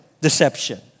deception